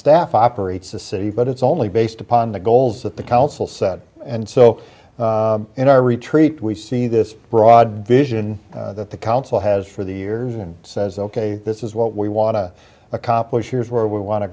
staff operates the city but it's only based upon the goals that the council set and so in our retreat we see this broad vision that the council has for the years and says ok this is what we want to accomplish here is where we want